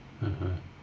mmhmm